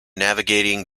navigating